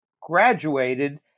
graduated